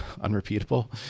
unrepeatable